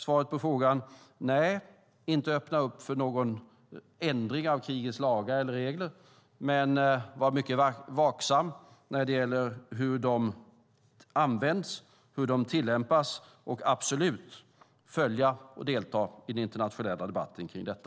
Svaret på frågan är nej, inte öppna upp för någon ändring av krigets lagar eller regler men vara mycket vaksam när det gäller hur de används, hur de tillämpas och absolut följa och delta i den internationella debatten kring detta.